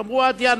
אמרו: עד ינואר.